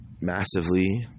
massively